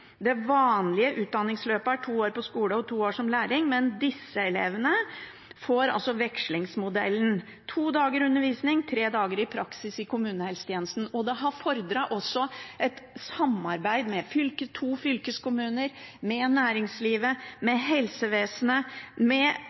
Det vanlige utdanningsløpet er to år på skole og to år som lærling, men disse elevene får altså vekslingsmodellen – to dager undervisning, tre dager i praksis i kommunehelsetjenesten. Det har også fordret et samarbeid med to fylkeskommuner, med næringslivet, med helsevesenet og med